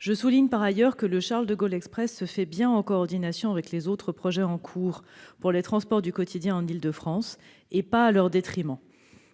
Je souligne, par ailleurs, que ce chantier se fait bien en coordination avec les autres projets en cours pour les transports du quotidien en Île-de-France, et en aucun cas à leur détriment.